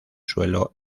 suelo